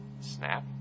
Snap